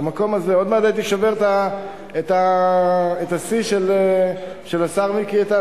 עוד מעט הייתי שובר את השיא של השר מיקי איתן.